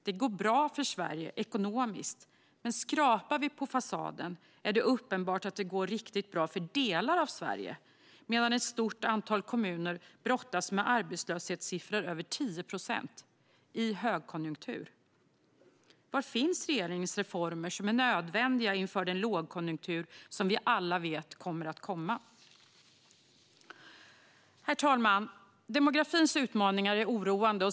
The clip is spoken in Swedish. Det går bra för Sverige ekonomiskt, men om vi skrapar på fasaden är det uppenbart att det går riktigt bra för delar av Sverige medan ett stort antal kommuner brottas med arbetslöshet på över 10 procent - i högkonjunktur. Var finns regeringens reformer, som är nödvändiga inför den lågkonjunktur som vi alla vet kommer att komma? Herr talman! Demografins utmaningar är oroande.